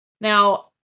now